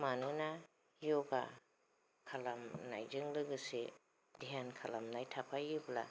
मानोना योगा खालामनायजों लोगोसे ध्यान खालामनाय थाफायोब्ला